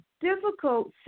difficult